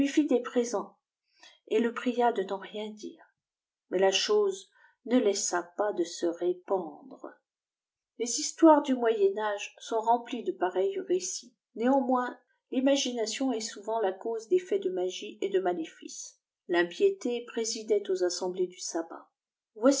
des présents et le ihll mstolab ms soaciefis pria de n'en rien dire mais la chose ne laissa pas de se répandte les histoires du moyen âge sont remplies de pareils récits néanmoins fimagination est souveift la cause des faits de magie et de maléfices l'impiété présidait aux assemblées du sabat